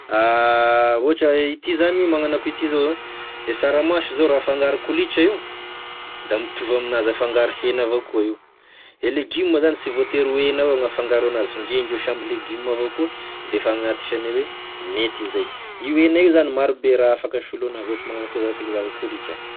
Ohatry hoe ity zany magnano akoity zao e saramaso zany raha afangaro kolitra io da mitovy aminazy afangaro hena avao koa io e legioma zany sy voatery ho hena avao gn' afangaro anazy fa ndre indreo samby legioma avao koa defa agnatisany hoe mety izay io hena io zany marobe e raha afaky asolo anazy magnano akoiza zakaiko za kolitra.